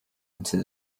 into